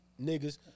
niggas